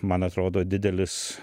man atrodo didelis